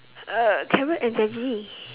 uh carrot and veggie